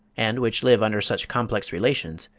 and which live under such complex relations,